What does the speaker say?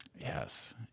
Yes